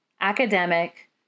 academic